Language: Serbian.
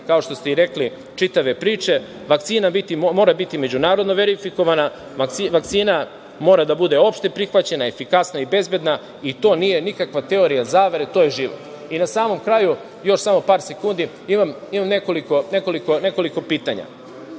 kao što ste i rekli, čitave priče. Vakcina mora biti međunarodno verifikovana. Vakcina mora da bude opšte prihvaćena, efikasna i bezbedna i to nije nikakva teorija zavere, to je život. Na samom kraju, još samo par sekundi. Imam nekoliko pitanja.